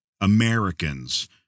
Americans